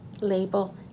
label